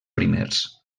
primers